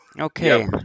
Okay